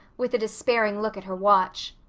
with a despairing look at her watch.